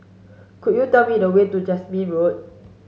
could you tell me the way to Jasmine Road